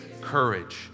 courage